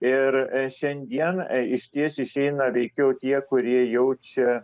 ir šiandien išties išeina veikiau tie kurie jaučia